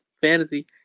fantasy